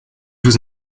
vous